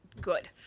good